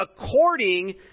according